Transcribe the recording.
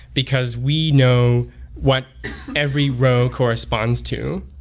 because we know what every row corresponds to,